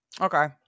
Okay